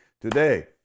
Today